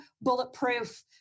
bulletproof